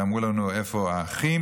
ואמרו לנו: איפה האחים?